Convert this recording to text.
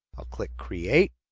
i'll click create.